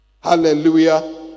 hallelujah